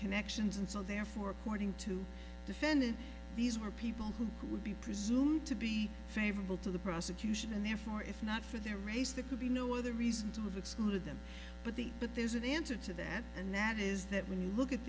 connections and so therefore according to defendant these were people who would be presumed to be favorable to the prosecution and therefore if not for their race there could be no other reason to exclude them but the but this is the answer to that and nat is that when you look at